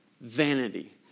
vanity